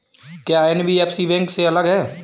क्या NBFC bank से अलग है?